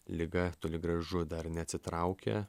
liga toli gražu dar neatsitraukė